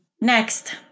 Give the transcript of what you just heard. Next